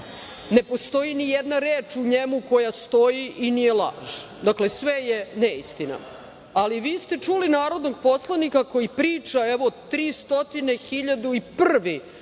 ne postoji nijedna reč u njemu koja stoji i nije laž. Dakle, sve je neistina. Ali, vi ste čuli narodnog poslanika koji priča evo tri